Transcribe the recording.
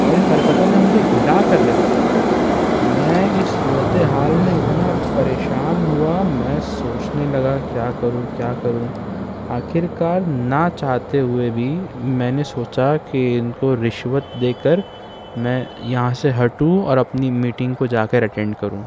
اور اس حرکتوں نے مجھے ہلا کر رکھ دیا میں اس صورت حال میں اتنا پریشان ہوا میں سوچنے لگا کیا کروں کیا کروں آخرکار نا چاہتے ہوئے بھی میں نے سوچا کہ ان کو رشوت دے کر میں یہاں سے ہٹوں اور اپنی میٹنگ کو جا کر اٹینڈ کروں